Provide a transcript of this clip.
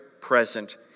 present